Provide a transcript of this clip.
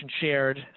shared